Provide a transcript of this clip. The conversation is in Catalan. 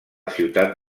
ciutat